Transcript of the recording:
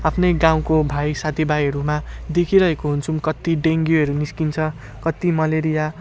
आफ्नै गाउँको भाइ साथीभाइहरूमा देखिरहेको हुन्छौँ कत्ति डेङ्गुहरू निस्किन्छ कत्ति मलेरिया